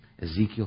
Ezekiel